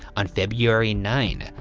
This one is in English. on february ninth,